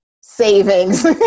savings